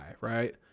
right